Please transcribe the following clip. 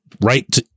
right